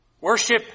Worship